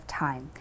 time